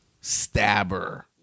stabber